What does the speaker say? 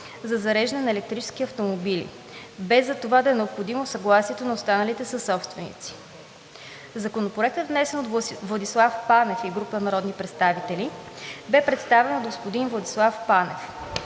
за зареждане на електрически автомобили, без за това да е необходимо съгласието на останалите съсобственици. Законопроектът, внесен от Владислав Панев и група народни представители, бе представен от господин Владислав Панев.